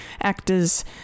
actors